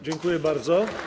Dziękuję bardzo.